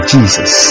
Jesus